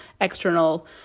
external